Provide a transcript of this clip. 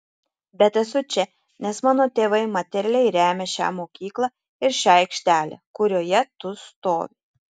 bet esu čia nes mano tėvai materialiai remia šią mokyklą ir šią aikštelę kurioje tu stovi